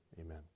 amen